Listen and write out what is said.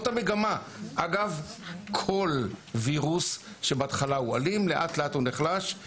כל וירוס אלים נחלש לאט אט.